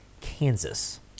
Kansas